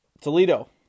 Toledo